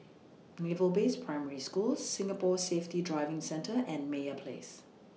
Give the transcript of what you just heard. Naval Base Primary School Singapore Safety Driving Centre and Meyer Place